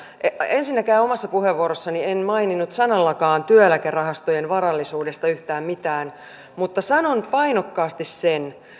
ensinnäkään omassa puheenvuorossani en maininnut sanallakaan työeläkerahastojen varallisuudesta yhtään mitään mutta sanon painokkaasti sen